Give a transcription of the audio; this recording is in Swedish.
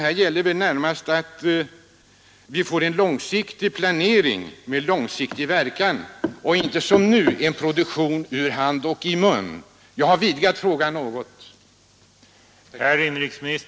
Här gäller det väl närmast att få en planering med långsiktig verkan och inte som nu en produktion så att säga ur hand i mun. Jag har med detta vidgat frågan något.